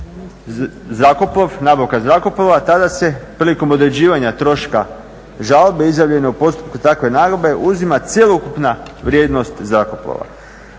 nabave nabavka zrakoplova tada se prilikom određivanja troška žalbe izjavljene u postupku takve nagodbe uzima cjelokupna vrijednost zrakoplova.